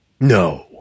No